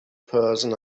person